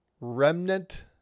remnant